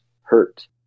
hurt